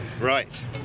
Right